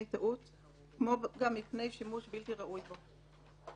טעות כמו גם מפני שימוש בלתי ראוי בו.